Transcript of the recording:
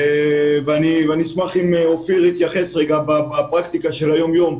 ואני אשמח אם אופיר יתייחס בפרקטיקה של היום-יום,